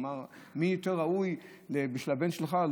הוא אמר: מי יותר ראוי בשביל הבן שלך?